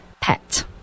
pet